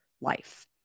life